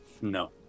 No